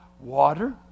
water